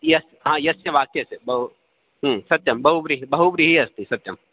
य यस्य वाक्यस्य बहु सत्यं बहुब्रीहि बहुब्रीहि अस्ति सत्यं